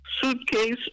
suitcase